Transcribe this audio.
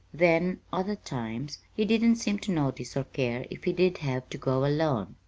then, other times, he didn't seem to notice or care if he did have to go alone.